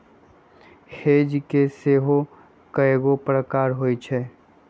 hedge के सेहो कएगो प्रकार होइ छै